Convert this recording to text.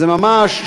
זה ממש,